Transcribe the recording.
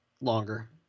longer